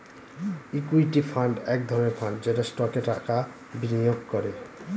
equity fund এক ধরনের fund যেটা স্টকে টাকা বিনিয়োগ করে